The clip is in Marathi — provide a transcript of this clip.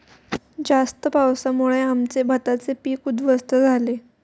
जास्त पावसामुळे आमचे भाताचे पीक उध्वस्त झाले